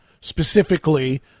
specifically